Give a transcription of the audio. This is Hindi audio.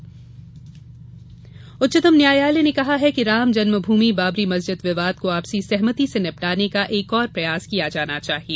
उच्चतम न्यायालय उच्चतम न्यायालय ने कहा है कि राम जन्मभूमि बाबरी मस्जिद विवाद को आपसी सहमति से निपटाने का एक और प्रयास किया जाना चाहिए